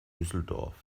düsseldorf